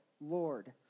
Lord